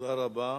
תודה רבה.